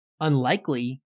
unlikely